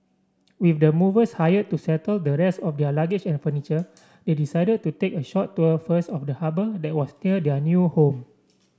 with the movers hired to settle the rest of their luggage and furniture they decided to take a short tour first of the harbour that was near their new home